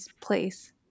place